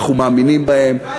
אנחנו מאמינים בהם,